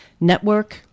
network